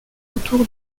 autour